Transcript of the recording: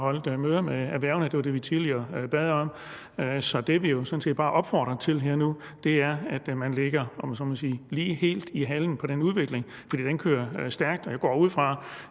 holdt møder med erhvervene – det var det, som vi tidligere bad om – så det, vi jo sådan set bare opfordrer til her og nu, er, at man, om jeg så må sige, ligger lige i halen på den udvikling. For den kører stærkt, og jeg går også ud fra,